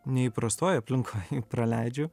neįprastoj aplinkoj praleidžiu